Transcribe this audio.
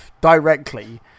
directly